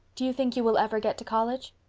do you think you will ever get to college?